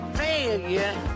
failure